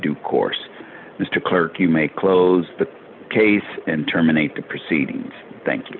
due course mr clerk you may close the case and terminate the proceedings thank you